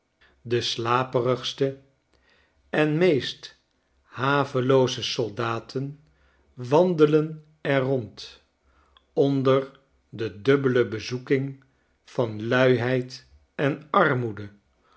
de slaperigste en meest havelooze soldaten wandelen er rond onder de dubbele bezoeking van luiheid en armoede